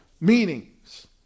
meanings